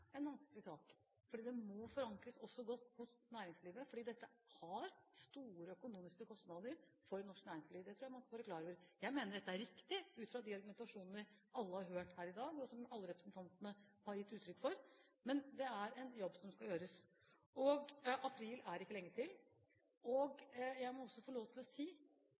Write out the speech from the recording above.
en vanskelig sak. Den må forankres godt også hos næringslivet, for dette har store økonomiske kostnader for norsk næringsliv. Det tror jeg man skal være klar over. Jeg mener dette er riktig, ut fra de argumentasjonene alle har hørt her i dag, og som alle representantene har gitt uttrykk for, men det er en jobb som skal gjøres, og april er ikke lenge til. Jeg må også få lov til å si